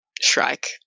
Shrike